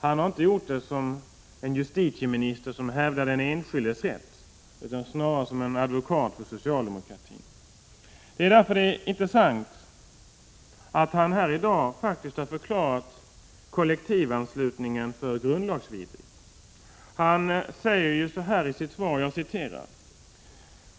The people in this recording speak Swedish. Han har inte gjort det som en justitieminister som hävdar den enskildes rätt utan snarare som en advokat för socialdemokratin. Därför är det intressant att han här i dag faktiskt har förklarat kollektivanslutningen vara grundlagsvidrig. Han säger nämligen i sitt svar: